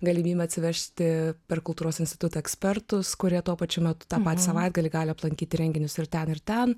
galimybe atsivežti per kultūros institutą ekspertus kurie tuo pačiu metu tą patį savaitgalį gali aplankyti renginius ir ten ir ten